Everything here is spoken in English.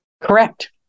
Correct